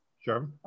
Sure